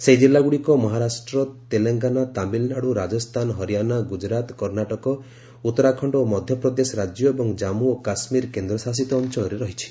ସେହି ଜିଲ୍ଲାଗୁଡ଼ିକ ମହାରାଷ୍ଟ୍ର ତେଲଙ୍ଗାନା ତାମିଲନାଡ଼ୁ ରାଜସ୍ଥାନ ହରିଆଣା ଗୁଜରାତ କର୍ଣ୍ଣାଟକ ଉତ୍ତରାଖଣ୍ଡ ଓ ମଧ୍ୟ ପ୍ରଦେଶ ରାଜ୍ୟ ଏବଂ ଜାନ୍ଧୁ ଓ କାଶ୍ରୀର କେନ୍ଦ୍ରଶାସିତ ଅଞ୍ଚଳରେ ରହିଛି